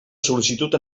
sol·licitud